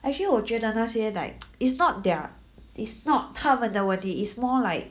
actually 我觉得那些 like it's not their it's not 他们的问题 it's more like